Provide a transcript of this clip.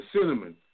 cinnamon